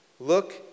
Look